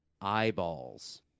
Eyeballs